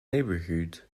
neighbourhood